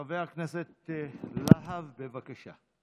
חבר הכנסת להב, בבקשה.